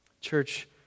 Church